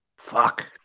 Fuck